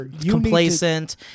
complacent